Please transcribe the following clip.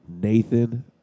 Nathan